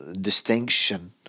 distinction